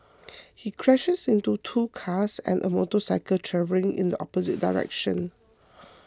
he crashed into two cars and a motorcycle travelling in the opposite direction